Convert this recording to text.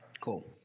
cool